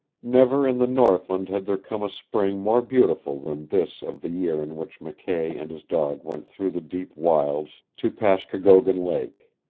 never in the northland had there come a spring more beautiful than this of the year in which mckay and his dog went through the deep wilds to pashkokogon lake.